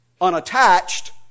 unattached